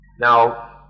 Now